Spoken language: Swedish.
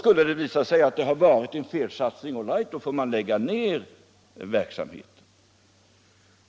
Skulle det sedan visa sig att det varit en felsatsning, då får man lägga ner verksamheten.